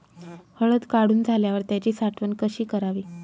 हळद काढून झाल्यावर त्याची साठवण कशी करावी?